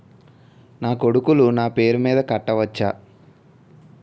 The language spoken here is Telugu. నా కొడుకులు నా పేరి మీద కట్ట వచ్చా?